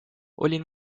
olin